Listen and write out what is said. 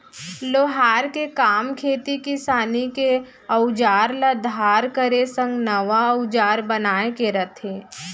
लोहार के काम खेती किसानी के अउजार ल धार करे संग नवा अउजार बनाए के रथे